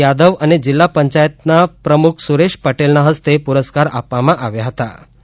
યાદવ અને જિલ્લા પંચાયતના પ્રમુખ સુરેશ પટેલના હસ્તે પુરસ્કાર આપવામાં આવ્યુ હતુ